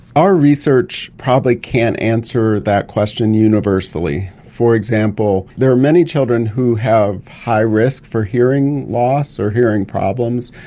our research probably can't answer that question universally. for example, there are many children who have high risk for hearing loss or hearing problems,